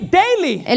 daily